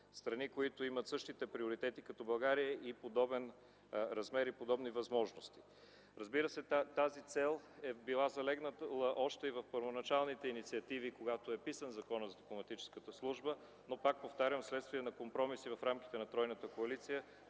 страни, които имат същите приоритети като България, подобен размер и подобни възможности. Разбира се, тази цел е била залегнала още и в първоначалните инициативи, когато е писан Законът за дипломатическата служба, но пак повтарям: вследствие на компромиси в рамките на тройната коалиция